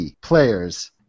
players